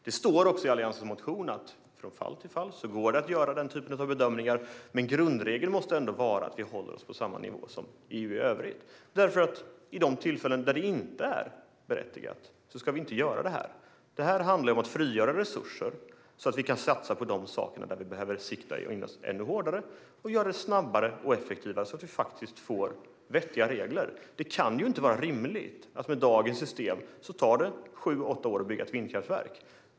Det står också i Alliansens motion att från fall till fall går det att göra den typen av bedömning. Men grundregeln måste ändå vara att vi håller oss på samma nivå som EU i övrigt, för vid de tillfällen då det inte är berättigat ska vi inte göra det. Det här handlar ju om att frigöra resurser så att vi kan satsa på de områden där vi behöver sikta in oss ännu hårdare och göra det snabbare och effektivare så att vi faktiskt får vettiga regler. Det kan ju inte vara rimligt att det med dagens system tar sju åtta år att bygga ett vindkraftverk.